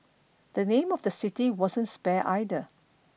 the name of the city wasn't spared either